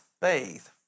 faith